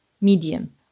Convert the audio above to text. medium